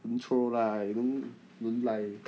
intro lah you don't don't lie